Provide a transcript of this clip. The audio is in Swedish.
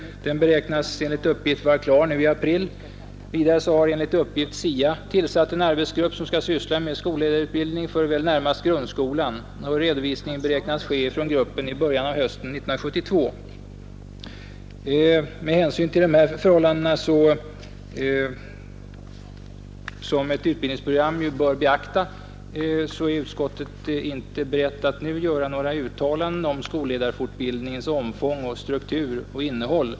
Den beräknas enligt uppgift vara klar i april. Vidare har enligt uppgift SIA tillsatt en arbetsgrupp som skall syssla med skolledarutbildning för väl närmast grundskolan, och redovisning beräknas ske från gruppen i början av hösten 1972. Med hänsyn till dessa förhållanden, som ett utbildningsprogram bör beakta, är utskottet inte berett att nu göra några uttalanden om skolledarfortbildningens omfång, struktur och innehåll.